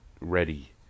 ready